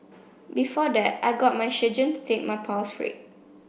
before that I got my surgeon to take my pulse rate